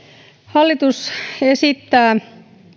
hallitus esittää